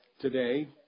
today